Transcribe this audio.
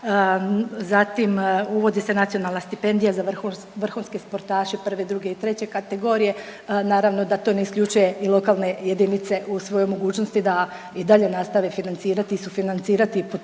Zatim, uvodi se nacionalna stipendija za vrhunske sportaše 1., 2. i 3. kategorije, naravno da ne isključuje i lokalne jedinice u svojoj mogućnosti da i dalje nastave financirati i sufinancirati i potpomagati